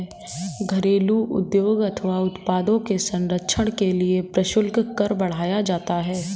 घरेलू उद्योग अथवा उत्पादों के संरक्षण के लिए प्रशुल्क कर बढ़ाया जाता है